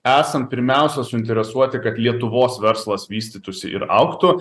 esam pirmiausia suinteresuoti kad lietuvos verslas vystytųsi ir augtų